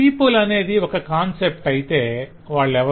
people అనేది ఒక concept అయితే వాళ్ళెవరు